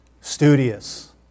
Studious